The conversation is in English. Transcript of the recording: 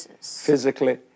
physically